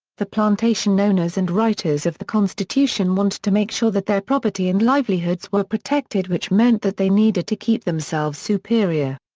the plantation owners and writers of the constitution wanted to make sure that their property and livelihoods were protected which meant that they needed to keep themselves superior.